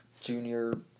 junior